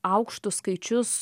aukštus skaičius